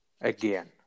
again